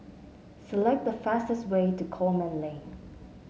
select the fastest way to Coleman Lane